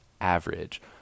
average